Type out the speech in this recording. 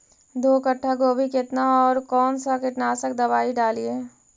दो कट्ठा गोभी केतना और कौन सा कीटनाशक दवाई डालिए?